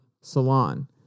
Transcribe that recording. Salon